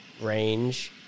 range